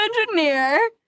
engineer